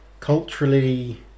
culturally